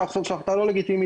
אפשר לחשוב שההחלטה לא לגיטימית,